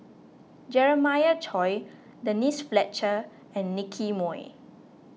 Jeremiah Choy Denise Fletcher and Nicky Moey